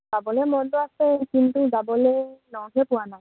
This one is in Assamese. যাবলৈ মনটো আছে কিন্তু যাবলৈ লগহে পোৱা নাই